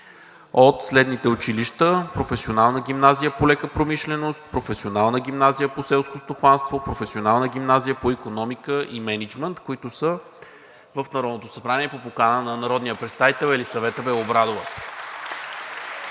от следните училища: Професионална гимназия по лека промишленост, Професионална гимназия по селско стопанство, Професионална гимназия по икономика и мениджмънт, които са в Народното събрание по покана на народния представител Елисавета Белобрадова.